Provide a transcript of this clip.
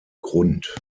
grund